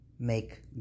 make